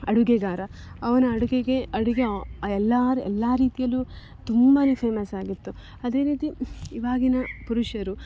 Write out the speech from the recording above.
ಅಡುಗೆಗಾರ ಅವನ ಅಡುಗೆಗೆ ಅಡಿಗೆ ಎಲ್ಲಾರು ಎಲ್ಲ ರೀತಿಯಲ್ಲೂ ತುಂಬ ಫೇಮಸ್ಸಾಗಿತ್ತು ಅದೇ ರೀತಿ ಇವಾಗಿನ ಪುರುಷರು